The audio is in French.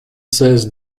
seize